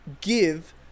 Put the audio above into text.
Give